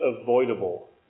avoidable